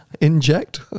Inject